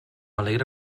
alegre